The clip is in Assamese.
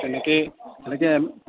তেনেকেই তেনেকেই